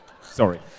Sorry